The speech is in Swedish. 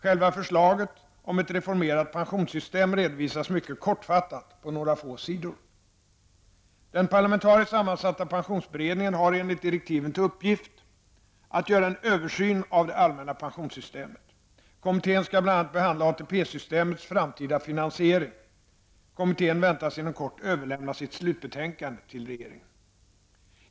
Själva förslaget om ett reformerat pensionssystem redovisas mycket kortfattat på några få sidor. Den parlamentariskt sammansatta pensionsberedningen har enligt direktiven till uppgift att göra en översyn av det allmänna pensionssystemet. Kommittén skall bl.a. behandla ATP-systemets framtida finansiering. Kommittén väntas inom kort överlämna sitt slutbetänkande till regeringen.